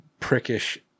prickish